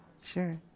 Sure